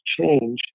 change